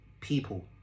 people